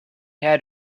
had